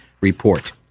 report